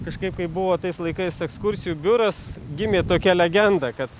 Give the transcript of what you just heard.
kažkaip kai buvo tais laikais ekskursijų biuras gimė tokia legenda kad